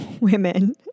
women